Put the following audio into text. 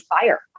fire